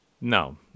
No